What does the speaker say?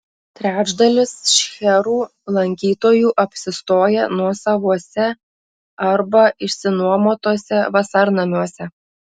trečdalis šcherų lankytojų apsistoja nuosavuose arba išsinuomotuose vasarnamiuose